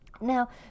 Now